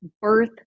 birth